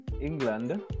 England